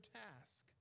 task